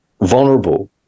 vulnerable